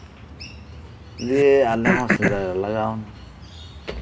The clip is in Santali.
ᱫᱤᱭᱮ ᱟᱞᱮ ᱥᱮᱸᱫᱽᱨᱟᱞᱮ ᱞᱟᱜᱟᱣᱱᱟ